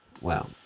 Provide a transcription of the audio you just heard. wow